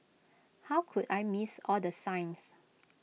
how could I missed all the signs